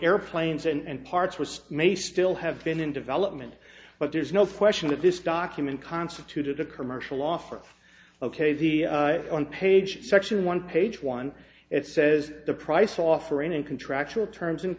airplanes and parts was may still have been in development but there's no question that this guy acumen constituted a commercial offer ok the on page section one page one it says the price offering in contractual terms and